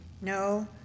No